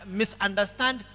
misunderstand